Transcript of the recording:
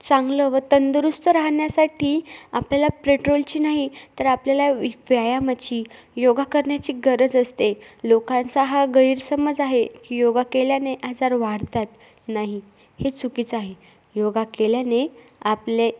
चांगलं व तंदुरुस्त राहण्यासाठी आपल्याला प्रेट्रोलची नाही तर आपल्याला वि व्यायामाची योगा करण्याची गरज असते लोकांचा हा गैरसमज आहे की योगा केल्याने आजार वाढतात नाही हे चुकीचं आहे योगा केल्याने आपले